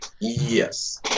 Yes